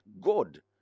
God